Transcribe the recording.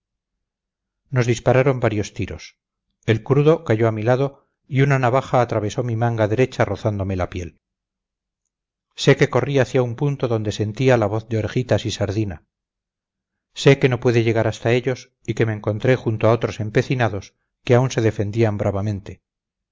nos dispararon varios tiros el crudo cayó a mi lado y una navaja atravesó mi manga derecha rozándome la piel sé que corrí hacia un punto donde sentía la voz de orejitas y sardina sé que no pude llegar hasta ellos y que me encontré junto a otros empecinados que aún se defendían bravamente